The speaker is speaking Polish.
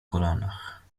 kolanach